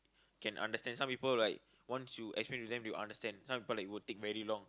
can understand some people like once you actually present they will understand some people like will take very long